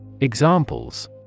Examples